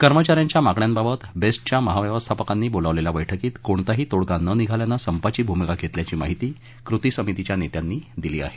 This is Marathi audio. कर्मचाऱ्यांच्या मागण्यांबाबत बेस्टच्या महाव्यवस्थापकांनी बोलावलेल्या बैठकीत कोणताही तोडगा न निघाल्यानं संपाची भूमिका घेतल्याची माहिती कृती समितीच्या नेत्यांनी दिली आहे